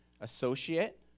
associate